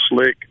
slick